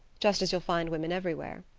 just as you find women everywhere.